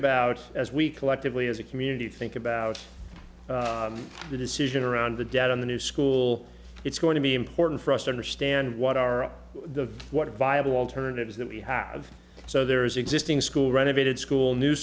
about as we collectively as a community think about the decision around the debt in the new school it's going to be important for us to understand what are the what are viable alternatives that we have so there is existing school renovated school new